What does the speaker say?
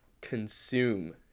consume